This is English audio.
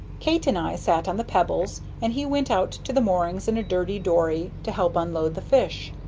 kate and i sat on the pebbles, and he went out to the moorings in a dirty dory to help unload the fish.